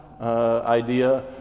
idea